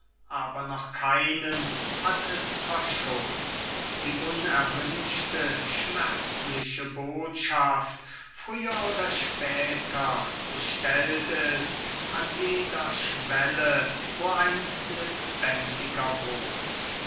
aber noch keinen hat es verschont die unerwünschte schmerzliche botschaft früher oder später bestellt es an jeder schwelle wo ein lebendiger wohnt